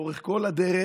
לאורך כל הדרך,